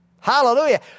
Hallelujah